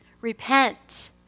Repent